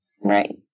Right